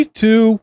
two